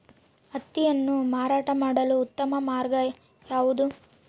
ಹತ್ತಿಯನ್ನು ಮಾರಾಟ ಮಾಡಲು ಉತ್ತಮ ಮಾರ್ಗ ಯಾವುದು?